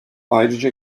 ayrıca